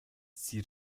sie